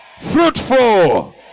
fruitful